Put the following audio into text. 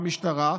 כמו המשטרה,